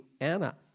Anna